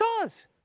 cause